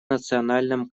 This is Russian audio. национальном